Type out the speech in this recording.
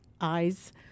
eyes